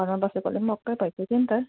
घरमा बसेकोले नि वाक्कै भइसक्यो नि त